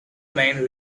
main